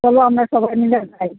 চলো আমরা সবাই মিলে যাই